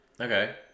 Okay